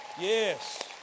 Yes